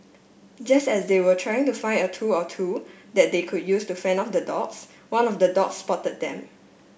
just as they were trying to find a tool or two that they could use to fend off the dogs one of the dogs spotted them